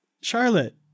Charlotte